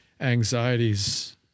anxieties